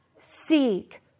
seek